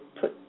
put